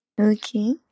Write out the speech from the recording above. Okay